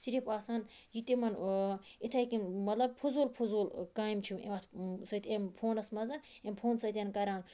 صرف آسان یہِ تمن اِتھے کَنۍ مَطلَب فضول فضول کامہِ چھِ فونَس مَنٛز امہ فون سۭتۍ کَران